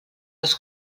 els